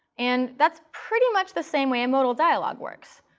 and that's pretty much the same way a modal dialog works.